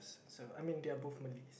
so I mean they're both Malay